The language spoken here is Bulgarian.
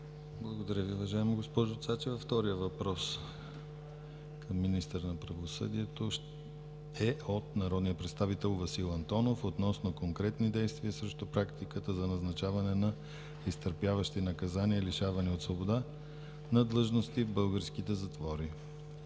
Благодаря Ви, уважаема госпожо Цачева. Вторият въпрос към министъра на правосъдието е от народния представител Васил Антонов относно конкретни действия срещу практиката за назначаване на изтърпяващи наказание „лишаване от свобода“ на длъжности в българските затвори.